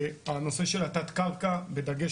המנכ"ל יתייחס למגרש